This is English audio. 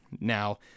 Now